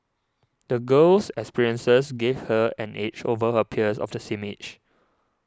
the girl's experiences gave her an edge over her peers of the same age